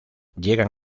llegan